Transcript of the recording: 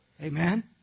Amen